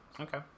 Okay